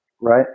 right